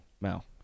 Mel